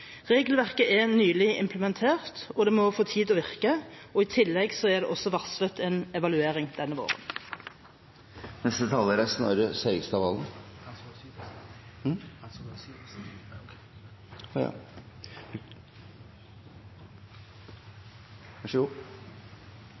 Regelverket er nylig implementert, og det må få tid til å virke. I tillegg er det varslet en evaluering denne våren. Jeg var forberedt på å høre komitélederens innlegg, og